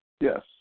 Yes